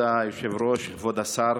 כבוד היושב-ראש, כבוד השר,